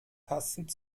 passend